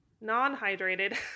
Non-hydrated